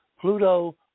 Pluto